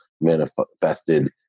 manifested